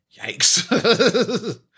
Yikes